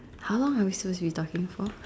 how long are we supposed to be talking for